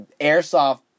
airsoft